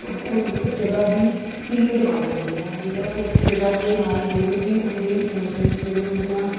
ਉਸ ਜਗ੍ਹਾ ਦੀ ਫੀਲ ਦਵਾ ਸਕਦੇ ਹੋ ਜਿਹੜਾ ਉਹ ਜਗ੍ਹਾ ਦੇ ਨਾਲ ਜਿਹੜੇ ਵੀ ਉਹਦੇ ਇਮੋਸ਼ਨ ਜਿਹੜੇ ਉਹਦੀਆਂ